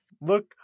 Look